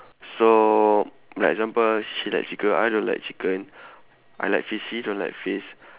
so like example she like chicken I don't like chicken I like fish she don't like fish